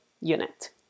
unit